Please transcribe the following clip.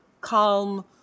calm